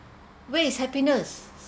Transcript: where is happiness